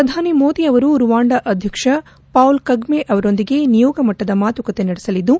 ಪ್ರಧಾನಿ ಮೋದಿ ಅವರು ರುವಾಂಡ ಅಧ್ಯಕ್ಷ್ ಪೌಲ್ ಕಗ್ನೆ ಅವರೊಂದಿಗೆ ನಿಯೋಗಮಟ್ಟದ ಮಾತುಕತೆ ನಡೆಸಲಿದ್ದು